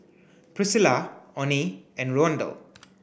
Priscila Oney and Rondal